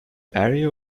area